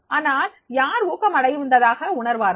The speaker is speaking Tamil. ஆனால் யார் ஊக்கம் அடைந்ததாக உணர்வார்கள்